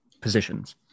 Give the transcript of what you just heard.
positions